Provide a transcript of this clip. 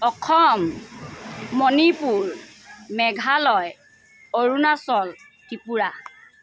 Assam Manipur Meghalaya Arunachal Tripura